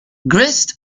grist